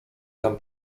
tam